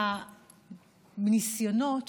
מהניסיונות